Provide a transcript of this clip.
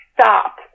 stop